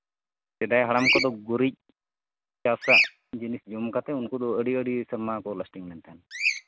ᱥᱮᱫᱟᱭ ᱦᱟᱲᱟᱢ ᱠᱚᱫᱚ ᱜᱩᱨᱤᱡ ᱪᱟᱥᱟᱜ ᱡᱤᱱᱤᱥ ᱡᱚᱢ ᱠᱟᱛᱮᱫ ᱩᱱᱠᱩ ᱫᱚ ᱟᱹᱰᱤ ᱟᱹᱰᱤ ᱥᱮᱨᱢᱟ ᱠᱚ ᱞᱟᱥᱴᱤᱝ ᱞᱮᱱ ᱛᱟᱦᱮᱱ